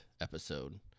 episode